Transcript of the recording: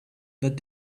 but